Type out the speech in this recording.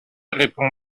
répond